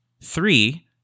three